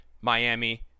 Miami